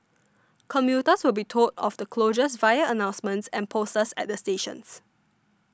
commuters will be told of the closures via announcements and posters at stations